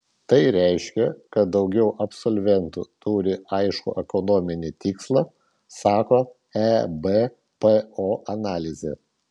tai reiškia kad daugiau absolventų turi aiškų ekonominį tikslą sako ebpo analizė